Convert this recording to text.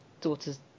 daughter's